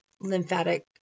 lymphatic